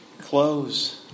close